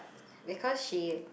because she